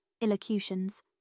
illocutions